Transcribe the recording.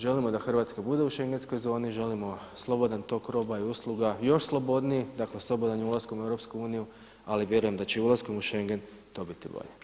Želimo da Hrvatska bude u šengenskoj zoni, želimo slobodan tok roba i usluga i još slobodniji, dakle slobodan je ulaskom u EU ali vjerujem da će i ulaskom u Schengen to biti i bolje.